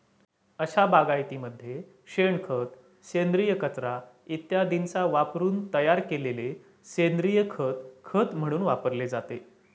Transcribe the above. अशा बागायतीमध्ये शेणखत, सेंद्रिय कचरा इत्यादींचा वापरून तयार केलेले सेंद्रिय खत खत म्हणून वापरले जाते